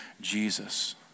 Jesus